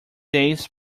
days